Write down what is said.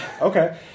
Okay